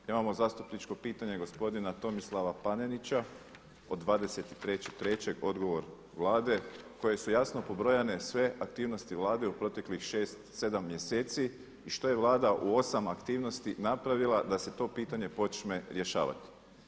Imamo zastupničko pitanje gospodina Tomislava Panenića od 23.3. odgovor Vlade koje su jasno pobrojane sve aktivnosti Vlade u proteklih 6, 7 mjeseci i što je Vlada u 8 aktivnosti napravila da se to pitanje počne rješavati.